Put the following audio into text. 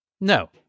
No